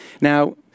Now